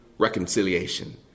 Reconciliation